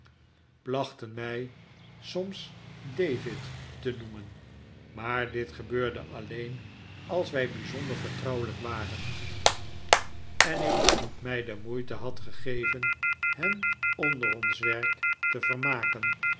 plachten mij soms david te noemenj maar dit gebeurde alleen als wij bijzonder vertrouwelijk waren en ik mij de moeite had gegeven hen onder ons werk te vermaken